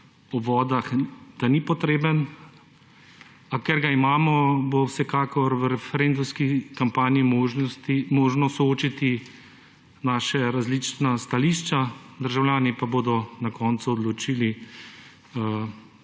o vodah, da ni potreben, a ker ga imamo, bo vsekakor v referendumski kampanji mogoče soočiti naša različna stališča, državljani pa bodo na koncu odločili,